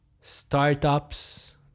startups